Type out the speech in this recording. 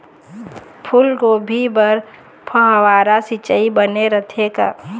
फूलगोभी बर फव्वारा सिचाई बने रथे का?